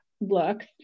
looks